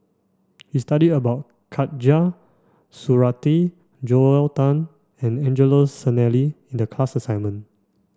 we studied about Khatijah Surattee Joel Tan and Angelo Sanelli in the class assignment